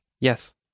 Yes